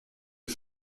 est